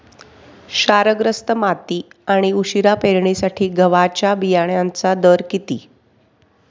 क्षारग्रस्त माती आणि उशिरा पेरणीसाठी गव्हाच्या बियाण्यांचा दर किती?